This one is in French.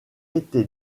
été